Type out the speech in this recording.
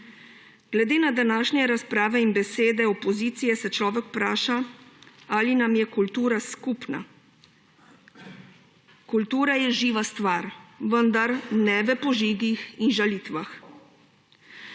Glede na današnje razprave in besede opozicije se človek vpraša, ali nam je kultura skupna. Kultura je živa stvar, vendar ne v požigih in žalitvah.